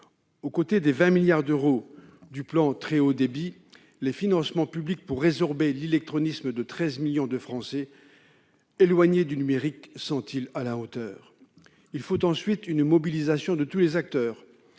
À côté des 20 milliards d'euros du plan France Très haut débit, les financements publics alloués à la résorption de l'illectronisme de 13 millions de Français éloignés du numérique sont-ils à la hauteur ? Il faut ensuite une mobilisation de tous les acteurs,